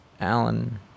Alan